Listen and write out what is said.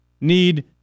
need